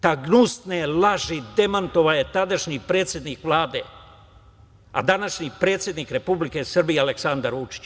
Te gnusne laži demantovao je tadašnji predsednik Vlade, a današnji predsednik Republike Srbije Aleksandar Vučić.